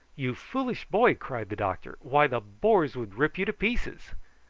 you foolish boy! cried the doctor. why, the boars would rip you to pieces.